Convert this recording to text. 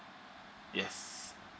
yes